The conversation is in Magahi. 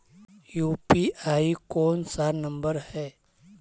यु.पी.आई कोन सा नम्बर हैं?